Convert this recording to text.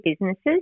businesses